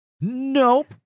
Nope